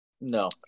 no